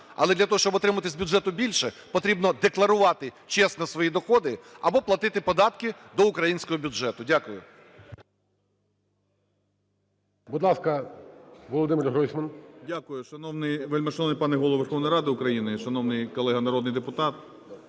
але для того, щоб отримувати з бюджету більше, потрібно декларувати чесно свої доходи або платити податки до українського бюджету. Дякую.